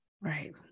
Right